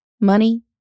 money